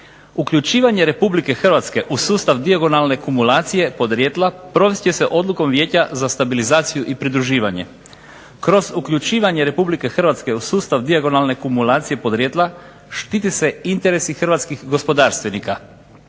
Uključivanje Republike Hrvatske u sustav dijagonalne kumulacije podrijetla provest će se odlukom Vijeća za stabilizaciju i pridruživanje. Kroz uključivanje Republike Hrvatske u sustav dijagonalne kumulacije podrijetla štiti se interesi hrvatskih gospodarstvenika.